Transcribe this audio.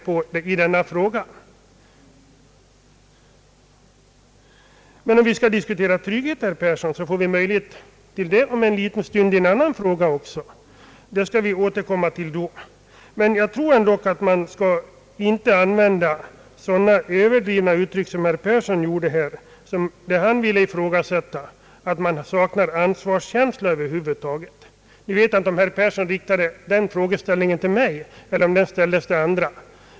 Om vi skall diskutera trygghet för människor, herr Yngve Persson, får vi möjlighet till det i ett ärende som kommer upp senare. Jag anser emellertid att det är fel att använda så överdrivna uttryck som herr Persson gjorde. Han ville göra gällande att man saknar ansvarskänsla över huvud taget. Jag vet inte om han riktade den frågan till mig eller om han ställde den till andra.